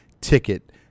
ticket